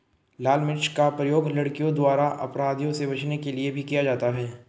लाल मिर्च का प्रयोग लड़कियों द्वारा अपराधियों से बचने के लिए भी किया जाता है